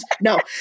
no